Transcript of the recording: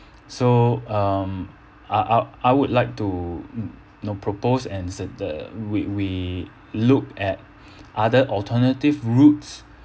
so um I I I would like to know propose and say that we we look at other alternative routes